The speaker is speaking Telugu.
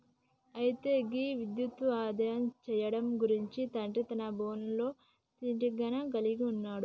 అయితే గీ విద్యుత్ను ఆదా సేయడం గురించి తండ్రి తన బోనెట్లో తీనేటీగను కలిగి ఉన్నాడు